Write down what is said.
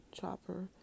Chopper